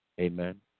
Amen